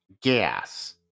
Gas